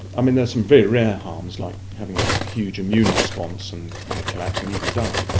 i mean there are some very rare harms like having a huge immune response and collapsing, even dying.